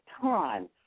time